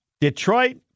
Detroit